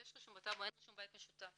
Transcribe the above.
יש רישום בטאבו, אין רישום בית משותף.